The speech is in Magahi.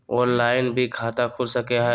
ऑनलाइन भी खाता खूल सके हय?